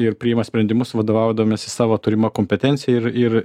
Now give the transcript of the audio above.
ir priima sprendimus vadovaudamiesi savo turima kompetencija ir ir